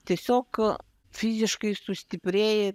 tiesiog fiziškai sustiprėja